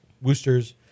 woosters